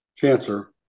cancer